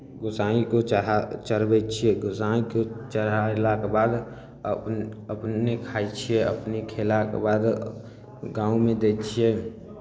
गोसाइँ को चढ़ा चढ़बै छियै गोसाइँ को चढ़यलाके बाद अपन अपने खाइ छियै अपने खयलाके बाद गाँवमे दै छियै